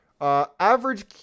Average